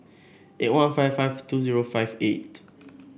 eight one five five two zero five eight